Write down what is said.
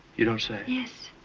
you don't say yes.